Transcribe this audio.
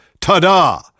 Ta-da